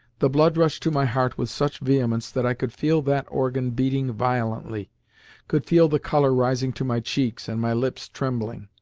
the blood rushed to my heart with such vehemence that i could feel that organ beating violently could feel the colour rising to my cheeks and my lips trembling.